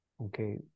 Okay